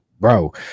Bro